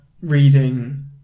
reading